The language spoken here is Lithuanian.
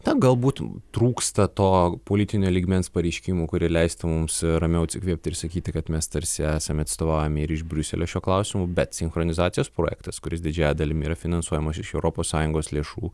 na gal būtų trūksta to politinio lygmens pareiškimų kurie leistų mums ramiau atsikvėpti ir sakyti kad mes tarsi esame atstovaujami ir iš briuselio šiuo klausimu bet sinchronizacijos projektas kuris didžiąja dalimi yra finansuojamas iš europos sąjungos lėšų